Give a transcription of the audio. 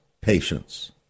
patience